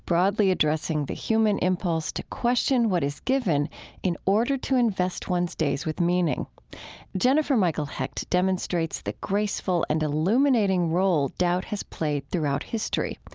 broadly addressing the human impulse to question what is given in order to invest one's days with meaning jennifer michael hecht demonstrates the graceful and illuminating role doubt has played throughout history.